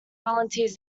volunteers